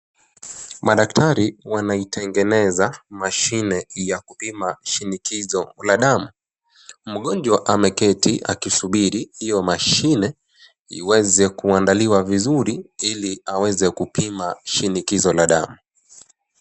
Madaktari wanaitengeneza mashine ya kupima shinikizo la damu. Mgonjwa ameketi akisubiri hiyo mashine iwezekuandaliwe vizuri ili aweze kupima shinikizo la damu.